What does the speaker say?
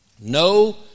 No